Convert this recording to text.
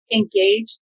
engaged